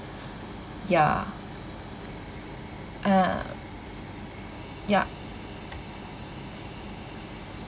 ya uh yup